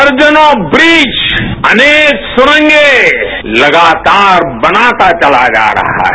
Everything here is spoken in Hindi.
दर्जनों ब्रिज अनेक सुरंगें लगातार बनाता चला जा रहा है